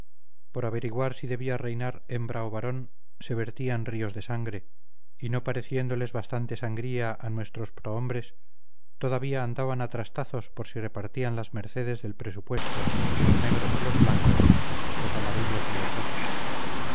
por averiguar si debía reinar hembra o varón se vertían ríos de sangre y no pareciéndoles bastante sangría a nuestros prohombres todavía andaban a trastazos por si repartían las mercedes del presupuesto los negros o los blancos los amarillos o los rojos